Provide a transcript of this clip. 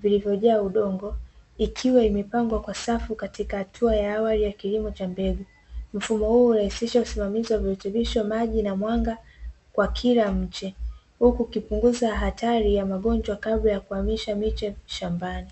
vilivyojaa udongo, ikiwa imepangwa kwa safu katika hatua ya awali ya kilimo cha mbegu. Mfumo huu hurahisisha usimamizi wa virutubisho, maji na mwanga kwa kila mche, huku ikipunguza hatari ya magonjwa kabla ya kuhamisha miche shambani.